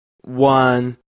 one